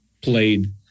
played